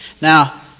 Now